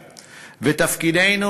ותפקידנו,